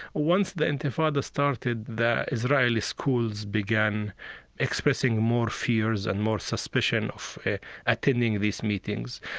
once the intifada started, the israeli schools began expressing more fears and more suspicion of attending these meetings.